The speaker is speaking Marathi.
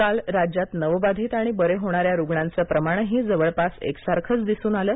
काल राज्यात नवबाधीत आणि बरे होणाऱ्या रूग्णांचं प्रमाणही जवळपास एकसारखच दिसून आलं